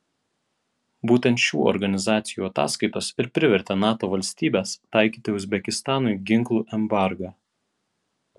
būtent šių organizacijų ataskaitos ir privertė nato valstybes taikyti uzbekistanui ginklų embargą